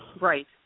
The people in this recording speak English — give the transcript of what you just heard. Right